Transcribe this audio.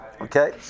okay